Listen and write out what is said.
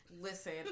Listen